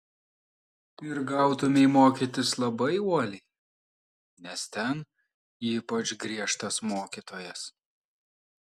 ir gautumei mokytis labai uoliai nes ten ypač griežtas mokytojas